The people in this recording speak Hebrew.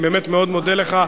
אני באמת מאוד מודה לך,